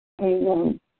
Amen